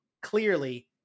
clearly